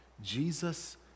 Jesus